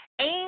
Aim